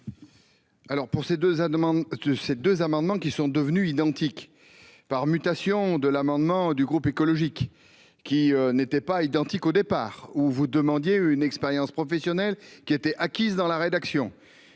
demande de ces deux amendements qui sont devenues identiques par mutation de l'amendement du groupe écologique qui n'étaient pas identiques au départ où vous demandiez une expérience professionnelle qui était acquise dans la rédaction